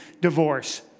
divorce